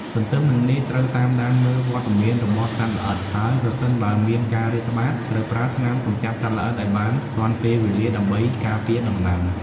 ទន្ទឹមនឹងនេះ ត្រូវតាមដានមើលវត្តមានរបស់សត្វល្អិត ហើយប្រសិនបើមានការរាតត្បាត ត្រូវប្រើថ្នាំកម្ចាត់សត្វល្អិតឱ្យបានទាន់ពេលវេលាដើម្បីការពារដំណាំ។